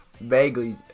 vaguely